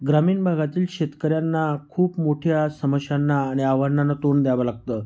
ग्रामीण भागातील शेतकऱ्यांना खूप मोठ्या समस्यांना आणि आह्वानांना तोंड द्यावं लागतं